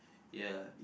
ya